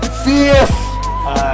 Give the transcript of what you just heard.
fierce